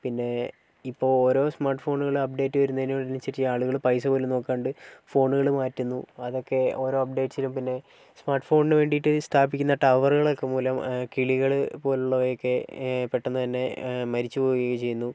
പിന്നെ ഇപ്പോൾ ഓരോ സ്മാർട്ട് ഫോണുകളെ അപ്ഡേറ്റ് വരുന്നതിന് ഒരുമിച്ചിട്ട് ഈ ആളുകൾ പൈസപോലും നോക്കാണ്ട് ഫോണുകൾ മാറ്റുന്നു അതൊക്കെ ഓരോ അപ്ഡേറ്റ്സിലും പിന്നെ സ്മാർട്ട് ഫോണിനു വേണ്ടിയിട്ട് സ്ഥാപിക്കുന്ന ടവറുകളൊക്കെ മൂലം കിളികൾ പോലുള്ളവയൊക്കെ പെട്ടെന്നുതന്നെ മരിച്ചു പോവുകയും ചെയ്യുന്നു